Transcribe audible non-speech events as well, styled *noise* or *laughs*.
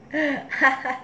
*laughs*